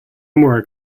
more